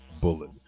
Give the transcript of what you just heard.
Bullet